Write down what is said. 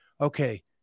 okay